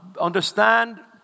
understand